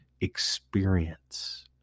experience